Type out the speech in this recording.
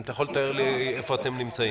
אם אתה יכול לתאר לנו איפה אתם נמצאים.